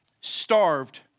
starved